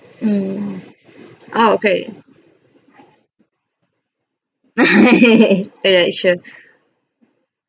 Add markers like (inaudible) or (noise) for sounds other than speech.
mm oh okay (laughs) alright sure